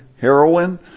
heroin